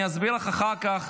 אני אסביר לך אחר כך,